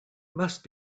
must